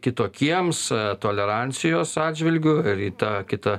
kitokiems tolerancijos atžvilgiu ir į tą kitą